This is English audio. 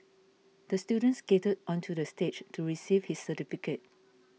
the student skated onto the stage to receive his certificate